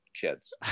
kids